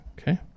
Okay